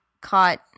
caught